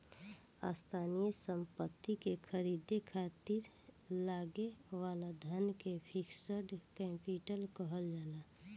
स्थायी सम्पति के ख़रीदे खातिर लागे वाला धन के फिक्स्ड कैपिटल कहल जाला